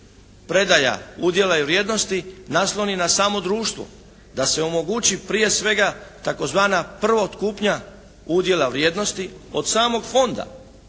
predaja udjela i vrijednosti nasloni na samo društvo, da se omogući prije svega tzv. prvootkupnja udjela vrijednosti od samog fonda,